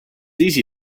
easy